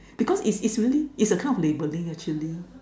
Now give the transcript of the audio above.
because it's it's really it's a kind of labeling actually